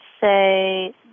say